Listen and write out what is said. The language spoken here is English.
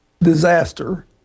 disaster